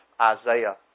Isaiah